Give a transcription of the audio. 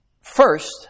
First